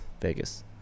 Vegas